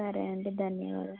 సరే అండి ధన్యవాదాలు